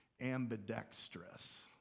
ambidextrous